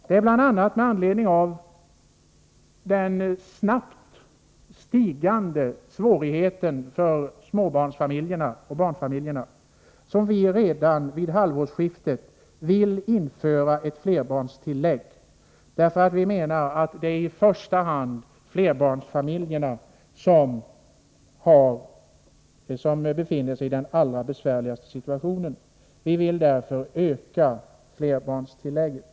Det är bl.a. med anledning av de snabbt ökande svårigheterna för småbarnsfamiljerna och barnfamiljerna som vi vill införa ett flerbarnstillägg redan från halvårsskiftet. Vi menar att det i första hand är flerbarnsfamiljerna som befinner sig i den allra besvärligaste situationen. Vi vill därför öka flerbarnstillägget.